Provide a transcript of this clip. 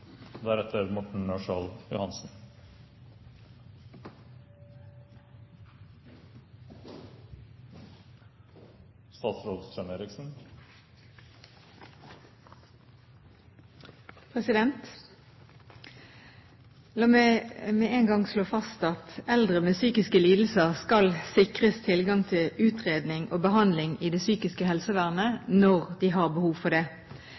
La meg med én gang slå fast at eldre med psykiske lidelser skal sikres tilgang til utredning og behandling i det psykiske helsevernet, når de har behov for det.